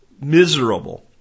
miserable